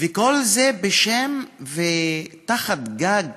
וכל זה בשם ותחת גג